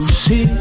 see